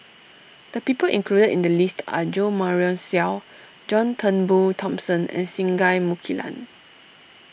the people included in the list are Jo Marion Seow John Turnbull Thomson and Singai Mukilan